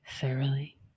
Thoroughly